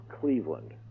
Cleveland